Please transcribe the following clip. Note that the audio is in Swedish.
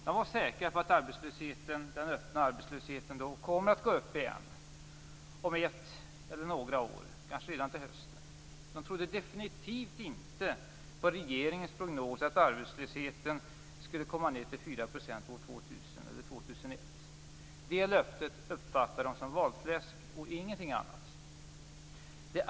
De var säkra på att den öppna arbetslösheten kommer att stiga igen om ett eller några år, kanske redan till hösten. De trodde definitivt inte på regeringens prognos att arbetslösheten skall komma ned till 4 % år 2000 eller år 2001. Det löftet uppfattar de som valfläsk och ingenting annat.